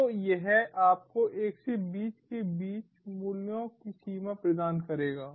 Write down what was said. तो यह आपको 1 से 20 के बीच मूल्यों की सीमा प्रदान करेगा